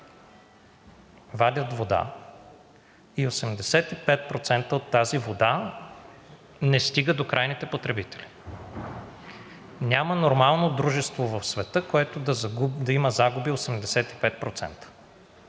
вадят вода и 85% от тази вода не стига до крайните потребители. Няма нормално дружество в света, което да има загуби 85%.